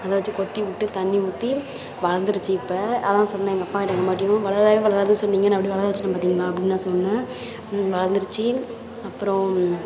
அதை வச்சு கொத்திவிட்டு தண்ணி ஊற்றி வளந்திரிச்சு இப்போ அதுதான் சொன்னேன் எங்கள் அப்பாக்கிட்டே எங்கள் அம்மாக்கிட்டேயும் வளரவே வளராதுன்னு சொன்னீங்க நான் எப்படி வளர வச்சுட்டேன் பார்த்திங்களா அப்படின்னு நான் சொன்னேன் வளந்திரிச்சு அப்புறோம்